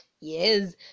yes